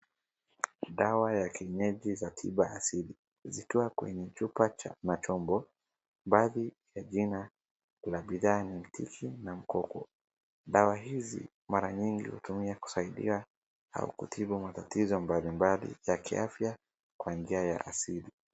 Dawa ya kienyeji za tiba asili, zikiwa kwenye chupa cha machombo, baadhi ya jina la bidhaa ni Mtiki, na Mkoko. Dawa hizi mara nyingi hutumiwa kusaidia au kutibu matatizo mbalimbali ya kiafya, kwa njia ya asili.